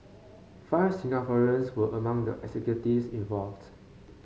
five Singaporeans were among the executives involved